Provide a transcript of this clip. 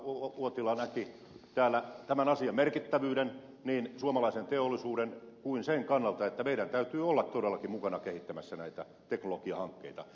uotila näki täällä tämän asian merkittävyyden niin suomalaisen teollisuuden kuin sen kannalta että meidän täytyy olla todellakin mukana kehittämässä näitä teknologiahankkeita